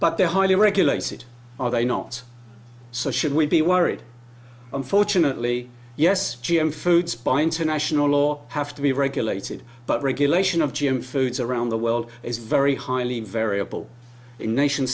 but they are highly regulated are they not so should we be worried unfortunately yes g m foods by international law have to be regulated but regulation of g m foods around the world is very highly variable in nation